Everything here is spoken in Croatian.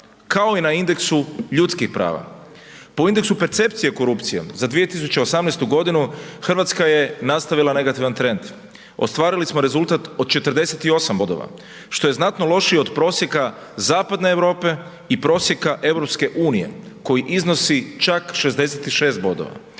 kao i na indeksu ljudskih prava. Po indeksu percepcije korupcije za 2018. godinu Hrvatska je nastavila negativan trend, ostvarili smo rezultat od 48 bodova što je znatno lošije od prosjeka Zapadne Europe i prosjeka EU koji iznosi čak 66 bodova